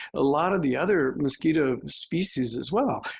a lot of the other mosquito species as well.